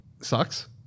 sucks